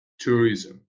tourism